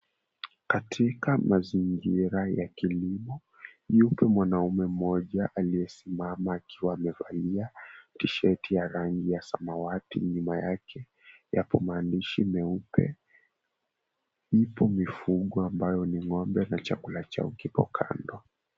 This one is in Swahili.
Katika mazingira ya kilimo yupo mwanaume mmoja aliyesimama akiwa amevalia tisheti ya samawati, nyuma yake yapo maandishi meupe. Ipo mifugo ambaye ni ngombe aliye na chakula chake.